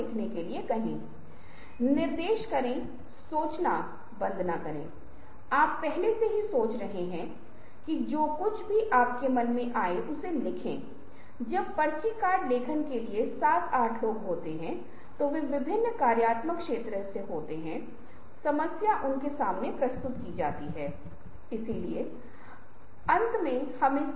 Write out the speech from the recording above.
को रंग साथ भी सामग्री जिसे आप विभिन्न प्रकार की सामग्री की श्रृंखला का उपयोग कर रहे हैं आप नवाचारों के साथ आ सकते हैं जहां नई प्रकार की सामग्री जैसे बायोडिग्रेडेबल सामग्री कहते हैं जो सामग्री जब आप वो कलम फेंक देते है तब कुछ दिन बाद वह कलम घुलजाता है तो आप को इसकी रीसाइक्लिंग की समस्या नहीं है इसे आप हरी कलम कह सकते हैं